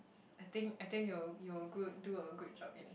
I think I think you'll you'll good do a good job in